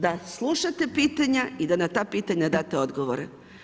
Da slušate pitanja i da na pitanja date odgovore.